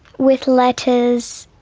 with letters,